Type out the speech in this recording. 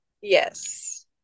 Yes